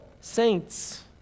saints